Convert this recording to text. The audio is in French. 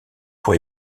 pour